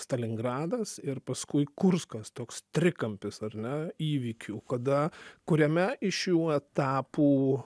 stalingradas ir paskui kurskas toks trikampis ar ne įvykių kada kuriame iš šių etapų